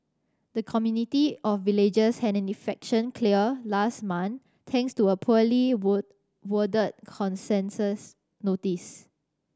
her community of villagers had an eviction clear last month thanks to a poorly word worded concensus notice